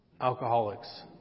alcoholics